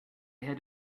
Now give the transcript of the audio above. had